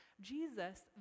Jesus